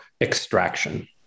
extraction